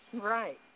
Right